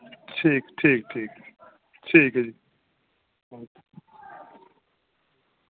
ठीक ठीक ठीक ठीक ऐ जी